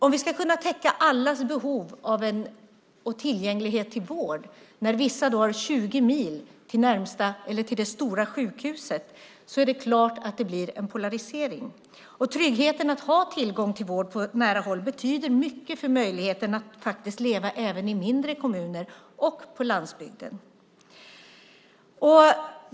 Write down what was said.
Om vi ska kunna täcka allas behov av tillgänglighet till vård när vissa har 20 mil till det stora sjukhuset är det klart att det blir en polarisering. Tryggheten att ha tillgång till vård på nära håll betyder mycket för möjligheten att leva även i mindre kommuner och på landsbygden.